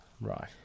right